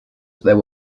there